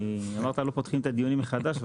אמרת: לא פותחים את הדיונים מחדש.